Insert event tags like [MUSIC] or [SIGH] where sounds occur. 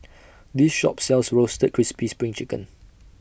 [NOISE] This Shop sells Roasted Crispy SPRING Chicken